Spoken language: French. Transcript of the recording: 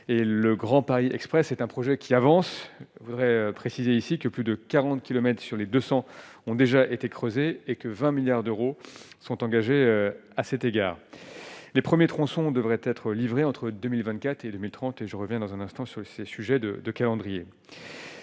le Grand Paris Express est un projet qui avance voudrais préciser ici que plus de 40 kilomètres sur les 200 ont déjà été creusés et que 20 milliards d'euros sont engagés, à cet égard les premiers tronçons devraient être livrés entre 2024 et 2030 et je reviens dans un instant, sur ces sujets de de calendrier,